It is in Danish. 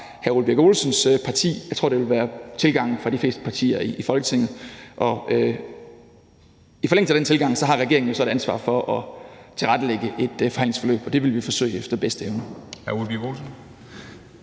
hr. Ole Birk Olesens parti. Jeg tror, det vil være tilgangen fra de fleste partier i Folketinget. Og i forlængelse af den tilgang har regeringen jo så et ansvar for at tilrettelægge et forhandlingsforløb, og det vil vi forsøge efter bedste evne. Kl. 09:36 Formanden